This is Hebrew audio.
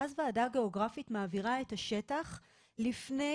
ואז וועדה גיאוגרפית מעבירה את השטח לפני